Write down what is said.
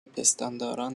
پستانداران